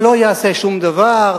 אבל לא יעשה שום דבר,